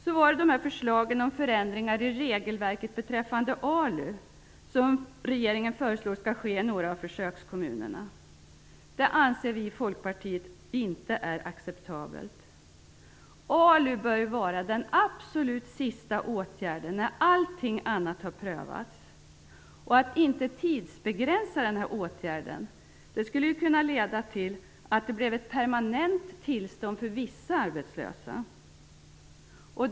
Så gäller det förslagen om förändringar i regelverket beträffande ALU, något som regeringen föreslår skall ske i några av försökskommunerna. Vi i Folkpartiet anser att det inte är acceptabelt. ALU bör vara den absolut sista åtgärden, vilken vidtas när allt annat har prövats. Att inte tidsbegränsa den här åtgärden skulle kunna leda till att vissa blir permanent arbetslösa.